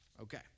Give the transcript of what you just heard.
Okay